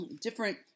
different